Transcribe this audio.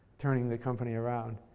turning the company around.